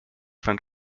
fand